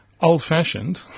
old-fashioned